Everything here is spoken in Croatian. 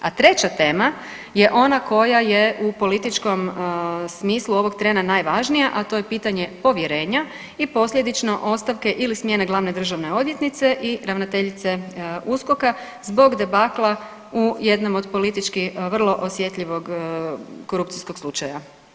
A treća tema je ona koja je u političkom smislu ovog trena najvažnija, a to je pitanje povjerenja i posljedično ostavke ili smjene glavne državne odvjetnice i ravnateljice USKOK-a zbog debakla u jednom od politički vrlo osjetljivog korupcijskog slučaja.